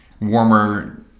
warmer